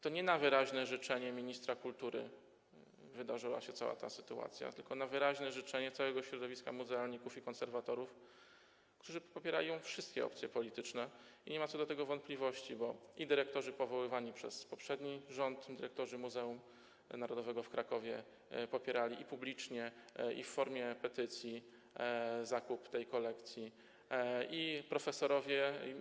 To nie na wyraźne życzenie ministra kultury wydarzyła się cała ta sytuacja, tylko na wyraźne życzenie całego środowiska muzealników i konserwatorów, popierały ją wszystkie opcje polityczne, i nie ma co do tego wątpliwości, bo i dyrektorzy powoływani przez poprzedni rząd, w tym dyrektorzy Muzeum Narodowego w Krakowie popierali - i publicznie, i w formie petycji - zakup tej kolekcji, i profesorowie.